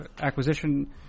acquisition